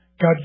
God